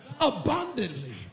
abundantly